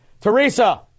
Teresa